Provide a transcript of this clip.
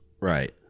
Right